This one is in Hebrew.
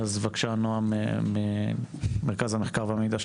נועם ממרכז המחקר והמידע של